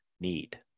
need